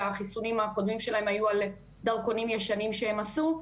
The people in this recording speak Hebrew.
והחיסונים הקודמים שלהם היו על דרכונים ישנים שהם עשו.